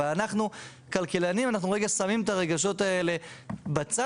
אבל אנחנו כלכלנים אנחנו רגע שמים את הרגשות האלה בצד,